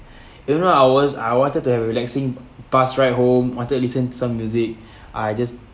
even though I was I wanted to have relaxing bus ride home wanted to listen to some music I just